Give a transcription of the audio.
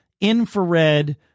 infrared